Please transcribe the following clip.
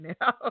now